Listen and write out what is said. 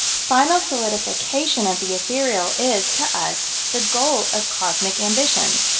final solidification of the ethereal is, to us, the goal of cosmic ambition.